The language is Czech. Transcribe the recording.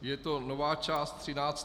Je to Nová část třináctá.